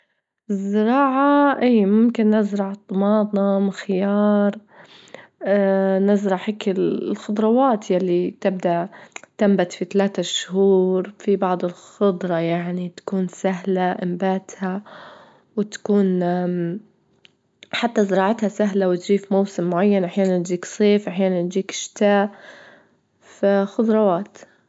الزراعة، إيه ممكن نزرع طماطم، خيار نزرع هيك ال- الخضروات ياللي تبدأ تنبت في تلات شهور، في بعض الخضرة يعني تكون سهلة إنباتها، وتكون حتى زراعتها سهلة وتجي في موسم معين، أحيانا تجيك صيف، أحيانا تجيك شتاء، فخضروات.